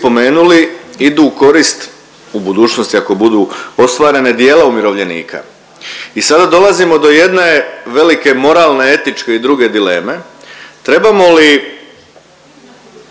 idu u korist u budućnosti ako budu ostvarene, dijela umirovljenika. I sada dolazimo do jedne velike moralne etičke i druge dileme, trebamo li